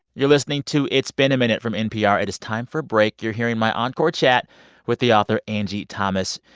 you're listening to it's been a minute from npr. it is time for a break. you're hearing my encore chat with the author, angie thomas.